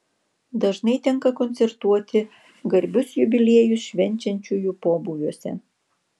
dažnai tenka koncertuoti garbius jubiliejus švenčiančiųjų pobūviuose